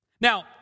Now